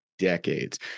decades